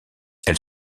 elle